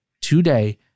today